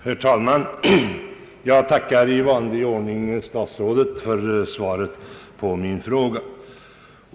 Herr talman! Jag tackar i vanlig ordning statsrådet för svaret på min fråga.